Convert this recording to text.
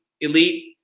elite